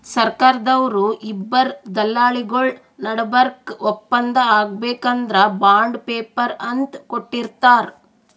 ಸರ್ಕಾರ್ದವ್ರು ಇಬ್ಬರ್ ದಲ್ಲಾಳಿಗೊಳ್ ನಡಬರ್ಕ್ ಒಪ್ಪಂದ್ ಆಗ್ಬೇಕ್ ಅಂದ್ರ ಬಾಂಡ್ ಪೇಪರ್ ಅಂತ್ ಕೊಟ್ಟಿರ್ತಾರ್